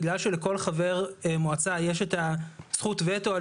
בגלל שלכל חבר מועצה יש את זכות הווטו על